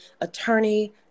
attorney